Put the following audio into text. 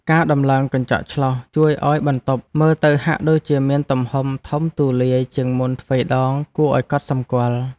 ការដំឡើងកញ្ចក់ឆ្លុះជួយឱ្យបន្ទប់មើលទៅហាក់ដូចជាមានទំហំធំទូលាយជាងមុនទ្វេដងគួរឱ្យកត់សម្គាល់។